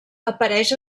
apareix